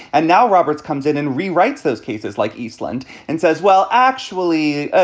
and now roberts comes in and rewrites those cases like eastland and says, well, actually,